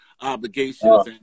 obligations